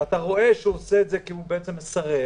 שאתה רואה שהוא עושה את זה כי הוא בעצם מסרב